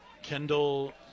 Kendall